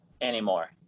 anymore